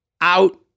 out